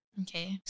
okay